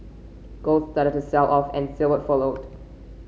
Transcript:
gold started to sell off and silver followed